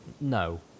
No